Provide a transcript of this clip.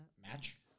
Match